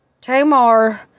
Tamar